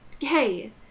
hey